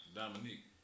Dominique